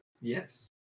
Yes